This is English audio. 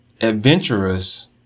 adventurous